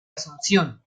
asunción